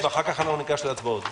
חבר הכנסת ינון אזולאי, בבקשה.